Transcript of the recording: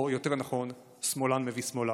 או יותר נכון שמאלן מביא שמאלן.